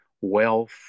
wealth